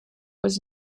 was